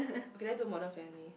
okay let's put modern family